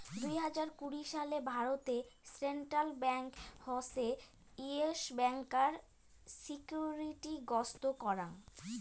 দুই হাজার কুড়ি সালে ভারতে সেন্ট্রাল ব্যাঙ্ক হসে ইয়েস ব্যাংকার সিকিউরিটি গ্রস্ত করাং